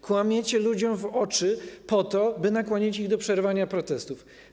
Kłamiecie ludziom w oczy po to, żeby nakłonić ich do przerwania protestów.